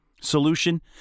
Solution